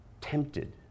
tempted